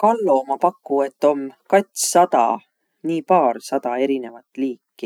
Kallo ma paku, et om katssada, nii paarsada erinevat liiki.